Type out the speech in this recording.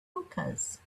hookahs